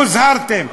הוזהרתם.